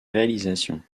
réalisations